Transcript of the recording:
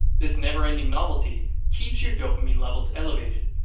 this never ending novelty keeps your dopamine levels elevated,